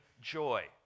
joy